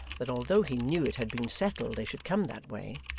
that although he knew it had been settled they should come that way,